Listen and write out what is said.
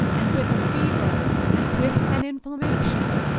and with a fever, and with an inflammation,